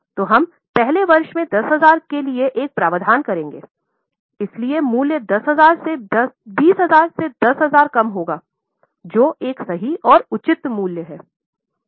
तो हम पहेले वर्ष में 10000 के लिए एक प्रावधान करेंगे इसलिए मूल्य 20000 से 10000 कम होग़ा जो एक सही और उचित मूल्य होगा